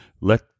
Let